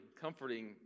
comforting